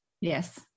Yes